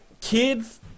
kids